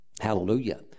Hallelujah